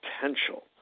potential